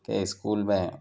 کہ اسکول میں